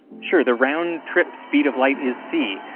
sure, the round trip speed of light is c,